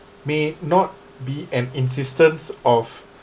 may not be an insistence of